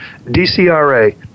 DCRA